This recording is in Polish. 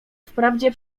wprawdzie